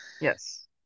Yes